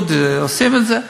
זה עידוד, עושים את זה,